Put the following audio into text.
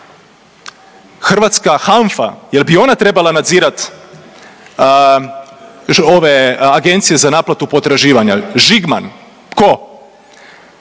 Hrvatska HANFA jel' bi ona trebala nadzirati ove agencije za naplatu potraživanja? Žigman? Tko?